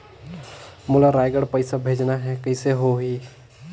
मोला रायगढ़ पइसा भेजना हैं, कइसे होही?